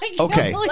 Okay